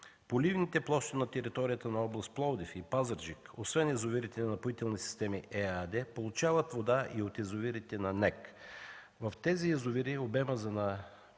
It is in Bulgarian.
Поливните площи на територията на област Пловдив и Пазарджик, освен язовирите на „Напоителни системи” ЕАД, получават вода и от язовирите на НЕК. В тези язовири обемът за